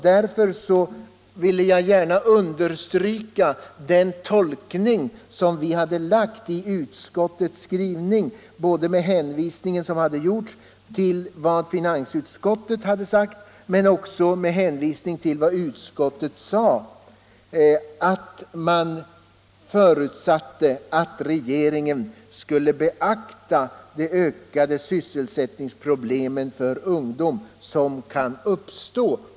Därför ville jag gärna understryka den tolkning som vi gjort av utskottets skrivning, både den hänvisning som gjorts till vad finansutskottet sagt och vad inrikesutskottet skrivit, nämligen att man förutsatte att regeringen skulle beakta de ökade sysselsättningsproblem som kan uppstå för ungdomen.